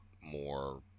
more